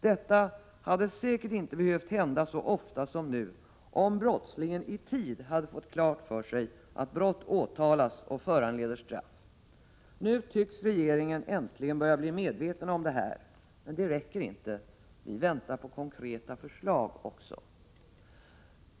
Detta hade säkert inte behövt hända så ofta som nu om brottslingen i tid hade fått klart för sig att brott åtalas och föranleder straff. Nu tycks regeringen äntligen börja bli medveten om detta. Men det räcker inte, vi väntar på konkreta förslag också.